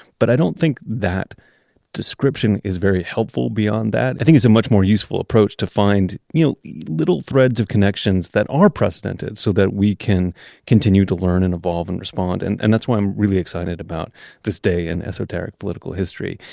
but i don't think that description is very helpful beyond that. i think it's much more useful approach to find you know yeah little threads of connections that are precedented so that we continue to learn and evolve and respond. and and that's why i'm really excited about this day in esoteric political history.